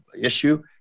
issue